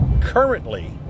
currently